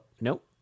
nope